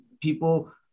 People